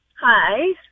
Hi